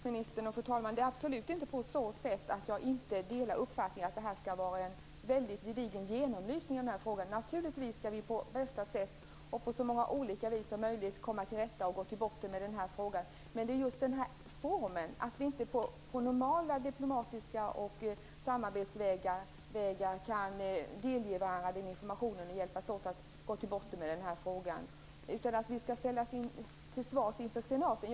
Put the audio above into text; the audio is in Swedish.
Fru talman och statsministern! Det är absolut inte på så sätt att jag inte delar uppfattningen att det skall vara en väldigt gedigen genomlysning av denna fråga. Naturligtvis skall vi på bästa sätt och på så många olika sätt som möjligt komma till rätta med den här frågan och gå till botten med den. Det är just den här formen min fråga gäller, att länderna inte på normala diplomatiska och andra samarbetsvägar kan delge varandra denna information och hjälpas åt att gå till botten med den här frågan utan att vi skall ställas till svars inför senaten.